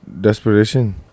desperation